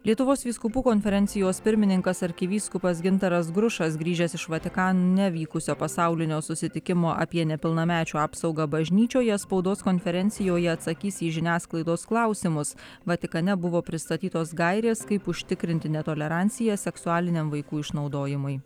lietuvos vyskupų konferencijos pirmininkas arkivyskupas gintaras grušas grįžęs iš vatikane vykusio pasaulinio susitikimo apie nepilnamečių apsaugą bažnyčioje spaudos konferencijoje atsakys į žiniasklaidos klausimus vatikane buvo pristatytos gairės kaip užtikrinti netoleranciją seksualiniam vaikų išnaudojimui